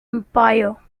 empire